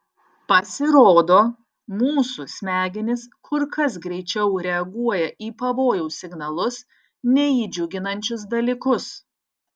pasirodo mūsų smegenys kur kas greičiau reaguoja į pavojaus signalus nei į džiuginančius dalykus